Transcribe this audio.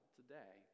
today